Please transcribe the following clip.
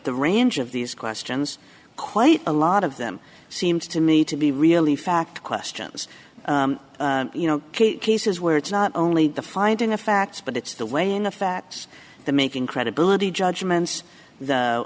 the range of these questions quite a lot of them seems to me to be really fact questions you know cases where it's not only the finding of facts but it's the way in the facts the making credibility judgments